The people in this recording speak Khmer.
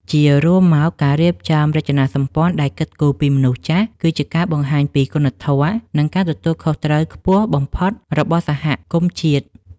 ជារួមមក ការរៀបចំហេដ្ឋារចនាសម្ព័ន្ធដែលគិតគូរពីមនុស្សចាស់ គឺជាការបង្ហាញពីគុណធម៌ និងការទទួលខុសត្រូវខ្ពស់បំផុតរបស់សហគមន៍ជាតិ។